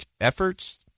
efforts